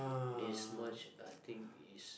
is much a thing is